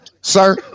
Sir